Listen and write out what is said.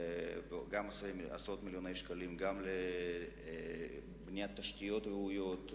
עשרות מיליוני שקלים לבניית תשתיות ראויות,